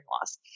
loss